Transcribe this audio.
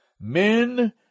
men